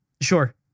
Sure